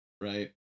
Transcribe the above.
right